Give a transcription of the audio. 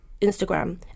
Instagram